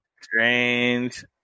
Strange